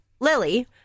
Lily